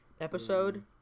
episode